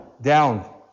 down